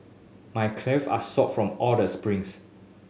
my calves are sore from all the sprints